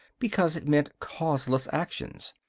because it meant causeless actions,